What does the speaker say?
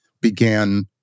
began